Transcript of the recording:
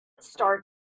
start